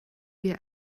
wir